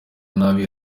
nabi